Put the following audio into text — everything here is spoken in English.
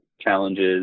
challenges